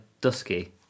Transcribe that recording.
Dusky